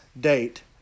date